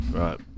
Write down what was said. right